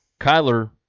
Kyler